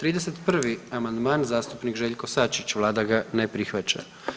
31. amandman zastupnik Željko Sačić, Vlada ga ne prihvaća.